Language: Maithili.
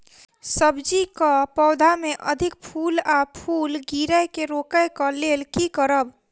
सब्जी कऽ पौधा मे अधिक फूल आ फूल गिरय केँ रोकय कऽ लेल की करब?